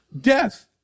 death